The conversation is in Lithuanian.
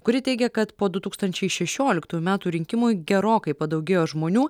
kuri teigia kad po du tūkstančiai šešioliktųjų metų rinkimų gerokai padaugėjo žmonių